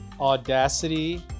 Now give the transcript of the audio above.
Audacity